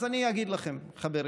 אז אני אגיד לכם, חברים: